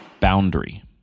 Boundary